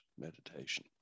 meditation